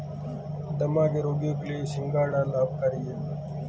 दमा के रोगियों के लिए सिंघाड़ा लाभकारी है